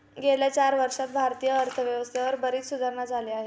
गेल्या चार वर्षांत भारतीय अर्थव्यवस्थेत बरीच सुधारणा झाली आहे